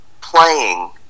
playing